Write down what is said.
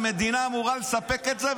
המדינה אמורה לספק את זה,